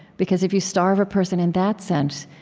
because if you starve a person in that sense,